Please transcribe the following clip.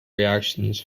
reactions